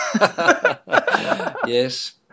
Yes